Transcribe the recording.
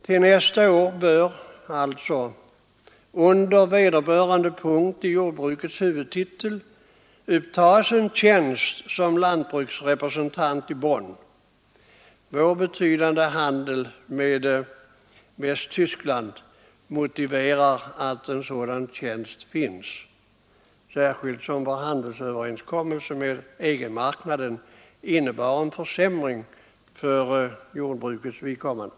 Till nästa år bör därför under vederbörande punkt i jordbrukshuvudtiteln upptas en tjänst som lantbruksrepresentant i Bonn. Vår betydande handel med Västtyskland motiverar att en sådan tjänst inrättas, särskilt som vår handelsöverenskommelse med EG-marknaden innebar en försämring för jordbrukets vidkommande.